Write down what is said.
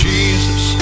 Jesus